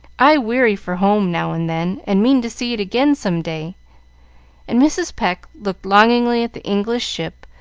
i weary for home now and then, and mean to see it again some day and mrs. pecq looked longingly at the english ship,